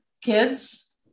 kids